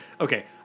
okay